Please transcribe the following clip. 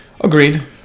Agreed